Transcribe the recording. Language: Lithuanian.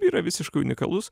yra visiškai unikalus